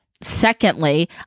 secondly